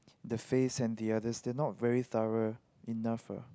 the face and the others they are not very thorough enough lah